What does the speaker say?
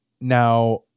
now